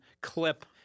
clip